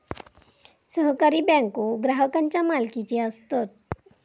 सहकारी बँको ग्राहकांच्या मालकीचे असतत